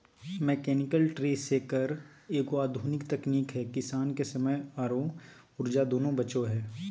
mechanical tree shaker एगो आधुनिक तकनीक है किसान के समय आरो ऊर्जा दोनों बचो हय